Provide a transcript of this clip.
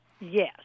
Yes